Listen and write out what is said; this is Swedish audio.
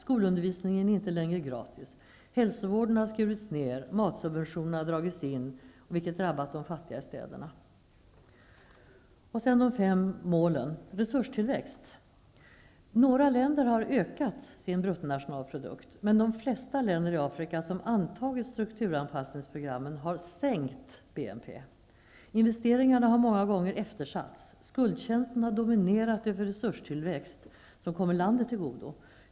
Skolundervisningen är inte längre gratis, hälsovården har skurits ned och matsubventionerna har dragits in. Det har drabbat de fattiga i städerna. Sedan övergår jag till de fem målen. Det första handlar om resurstillväxt. Några länder har ökat sin bruttonationalprodukt, men de flesta länder i Afrika som antagit strukturanpassningsprogrammen har sänkt sin BNP. Investeringarna har många gånger eftersatts. Skuldtjänsten har dominerat över resurstillväxt som kommer landet till godo.